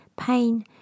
pain